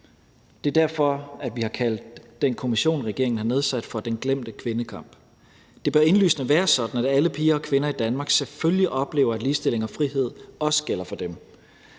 Det er derfor, vi har kaldt den kommission, som regeringen har nedsat, for den glemte kvindekamp. Det bør indlysende være sådan, at alle piger og kvinder i Danmark selvfølgelig oplever, at ligestilling og frihed også gælder for dem,